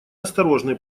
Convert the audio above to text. осторожный